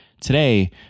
Today